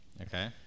Okay